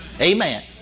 Amen